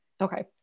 Okay